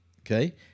okay